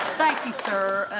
thank you sir.